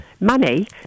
money